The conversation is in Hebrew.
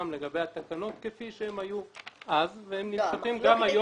לגבי התקנות כפי שהן היו אז והן נמשכות גם היום.